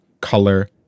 color